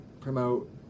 promote